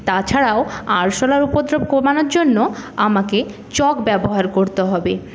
তাছাড়াও আরশোলার উপদ্রব কমানোর জন্য আমাকে চক ব্যবহার করতে হবে